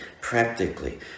practically